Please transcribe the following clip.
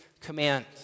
command